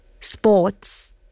sports